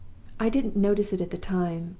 i didn't notice it at the time, but,